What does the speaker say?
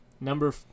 Number